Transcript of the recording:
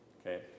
Okay